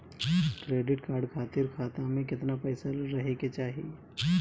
Credit card खातिर खाता में केतना पइसा रहे के चाही?